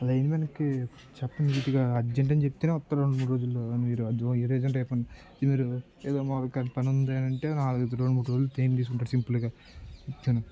లైన్మెన్కి చెప్పండి నీటుగా అర్జెంట్ అని చెప్తే వస్తాడు రెండు మూడు రోజుల్లో మీరు ఇ అర్జెంట్ అయిపోది మీరు ఏదో మా క పని ఉంది అని అంటే నాలుగు రెండు మూడు రోజులు ఏం తీసుకుంటారు సింపుల్గా